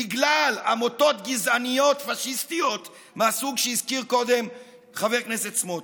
בגלל עמותות גזעניות פשיסטיות מהסוג שהזכיר קודם חבר הכנסת סמוטריץ'.